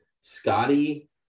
Scotty